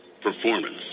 Performance